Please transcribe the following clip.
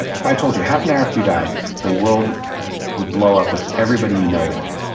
if if i told you, half an hour after you die the world would blow up with everybody you know in it,